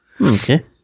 Okay